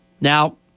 Now